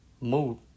mood